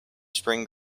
spring